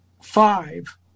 five